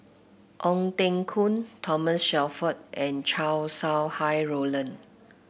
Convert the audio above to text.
Ong Teng Koon Thomas Shelford and Chow Sau Hai Roland